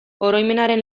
oroimenaren